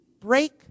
break